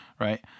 right